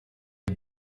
les